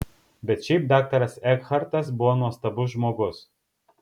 bet šiaip daktaras ekhartas buvo nuostabus žmogus